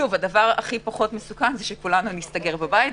הדבר הכי פחות מסוכן הוא שכולנו נסתגר בבית,